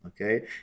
okay